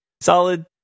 solid